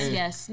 yes